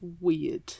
weird